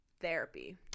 Therapy